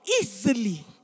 easily